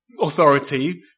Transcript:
authority